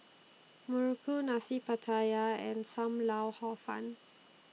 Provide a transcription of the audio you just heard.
Muruku Nasi Pattaya and SAM Lau Hor Fun